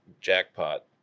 jackpot